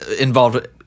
involved